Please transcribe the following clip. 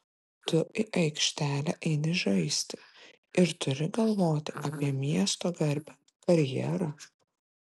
tu į aikštelę eini žaisti ir turi galvoti apie miesto garbę karjerą